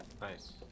Nice